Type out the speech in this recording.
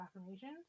affirmations